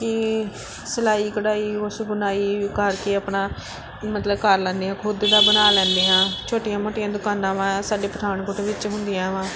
ਕਿ ਸਿਲਾਈ ਕਢਾਈ ਕੁਛ ਬੁਣਾਈ ਕਰਕੇ ਆਪਣਾ ਮਤਲਬ ਕਰ ਲੈਂਦੇ ਹਾਂ ਖੁਦ ਦਾ ਬਣਾ ਲੈਂਦੇ ਹਾਂ ਛੋਟੀਆਂ ਮੋਟੀਆਂ ਦੁਕਾਨਾਂ ਵਾ ਸਾਡੇ ਪਠਾਣਕੋਟ ਵਿੱਚ ਹੁੰਦੀਆਂ ਵਾ